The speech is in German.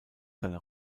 seiner